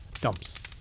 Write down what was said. dumps